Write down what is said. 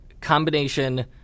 combination